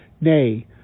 Nay